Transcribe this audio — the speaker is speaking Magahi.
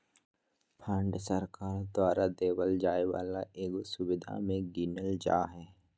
पेंशन फंड सरकार द्वारा देवल जाय वाला एगो सुविधा मे गीनल जा हय